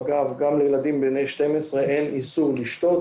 אגב גם לילדים בני 12 אין איסור לשתות,